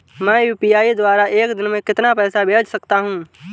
मैं यू.पी.आई द्वारा एक दिन में कितना पैसा भेज सकता हूँ?